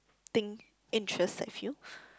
think interest I feel